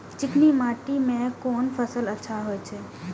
चिकनी माटी में कोन फसल अच्छा होय छे?